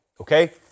okay